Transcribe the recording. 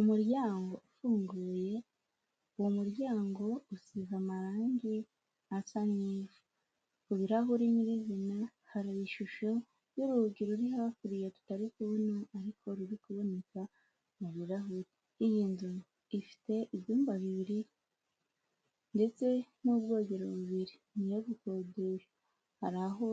Umuryango ufunguye uwo muryango usize amarangi asa nk'ivu kubirahure nyirizina hari ishusho y'uru rugi ruri hakurya tutari kubona ariko ruri kuboneka mu birahure, iyi nzu ifite ibyumba bibiri ndetse n'ubwogero bubiri, ni iyo gukodesha hari aho